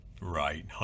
Right